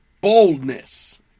boldness